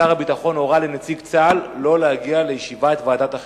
ששר הביטחון הורה לנציג צה"ל לא להגיע לישיבת ועדת החינוך.